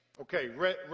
Okay